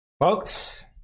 folks